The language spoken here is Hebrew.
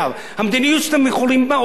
המדיניות שאתם הולכים בה,